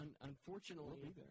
Unfortunately